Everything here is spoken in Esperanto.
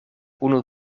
unu